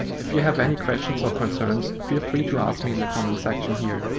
if you have any questions or concerns feel free to ask me in the comment section here.